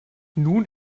nun